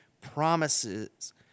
promises